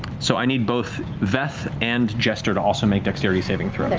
so, i need both veth and jester to also make dexterity saving throws.